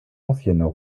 anciennes